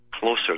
Closer